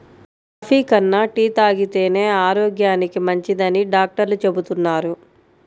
coffee కన్నా tea తాగితేనే ఆరోగ్యానికి మంచిదని డాక్టర్లు చెబుతున్నారు